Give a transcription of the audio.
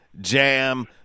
Jam